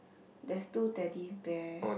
there's two Teddy Bear